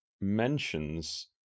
mentions